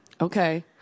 Okay